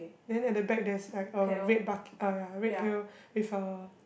then at the back there's like a red bucket eh ya red pail with a